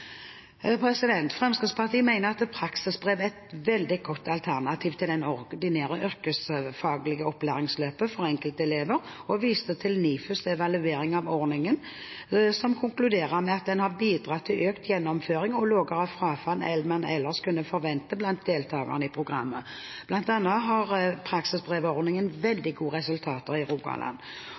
fylkesinndeling. Fremskrittspartiet mener at praksisbrev er et veldig godt alternativ til det ordinære yrkesfaglige opplæringsløpet for enkelte elever, og viser til at NIFUs evaluering av ordningen konkluderer med at den har bidratt til økt gjennomføring og lavere frafall enn man ellers kunne forvente blant deltakerne i programmet. Blant annet har praksisbrevordningen veldig gode resultater i Rogaland.